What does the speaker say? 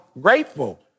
grateful